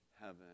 heaven